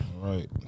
right